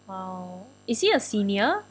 !wow! is he a senior